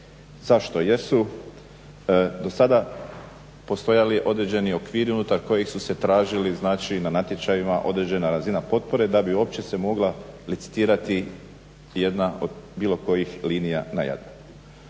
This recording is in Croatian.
Zašto? Jer su do sada postojali određeni okviri unutar kojih su se tražili znači na natječajima određena razina potpore da bi uopće se mogla licitirati jedna od bilo kojih linija na Jadranu.